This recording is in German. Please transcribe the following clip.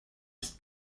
ist